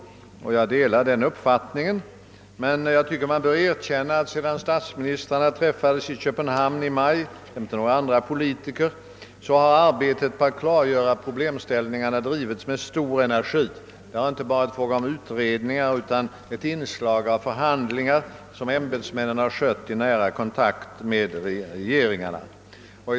Jag delar den uppfattningen, men jag tycker att man bör erkänna, att sedan statsministrarna och andra politiker träffades i maj i Köpenhamn, så har arbetet på att klargöra problemställningarna bedrivits med stor energi. Det har inte varit fråga bara om utredningar, utan det har varit ett inslag av förhandlingar, som ämbetsmännen skött i nära kontakt med regeringarna.